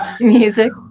music